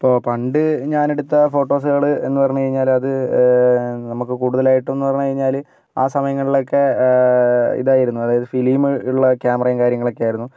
ഇപ്പോൾ പണ്ട് ഞാനെടുത്ത ഫോട്ടോസുകൾ എന്ന് പറഞ്ഞ് കഴിഞ്ഞാൽ അത് നമുക്ക് കൂടുതലായിട്ടും എന്ന് പറഞ്ഞ് കഴിഞ്ഞാൽ ആ സമയങ്ങളിലൊക്കെ ഇതായിരുന്നു അതായത് ഫിലിം ഉള്ള ക്യാമറയും കാര്യങ്ങളൊക്കെ ആയിരുന്നു